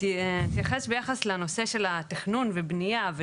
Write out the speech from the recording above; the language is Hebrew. אני אתייחס ביחס לנושא של התכנון ובנייה.